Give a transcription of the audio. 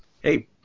hey